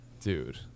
Dude